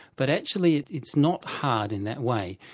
but actually it's not hard in that way.